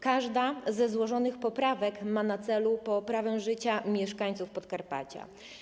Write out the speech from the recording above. Każda ze złożonych poprawek ma na celu poprawę życia mieszkańców Podkarpacia.